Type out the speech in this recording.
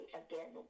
again